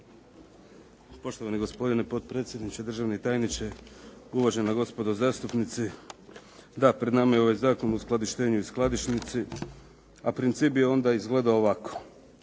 Poštovani gospodine potpredsjedniče, državni tajniče, uvažena gospodo zastupnici. Da, pred nama je ovaj Zakon o uskladištenju i skladišnici, a princip bi onda izgledao ovako.